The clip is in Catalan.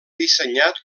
dissenyat